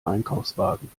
einkaufswagen